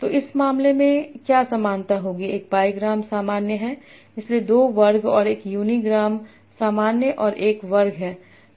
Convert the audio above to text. तो इस मामले में क्या समानता होगी एक बाई ग्राम सामान्य है इसलिए दो वर्ग और एक यूनिग्राम सामान्य और एक वर्ग है